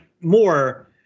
more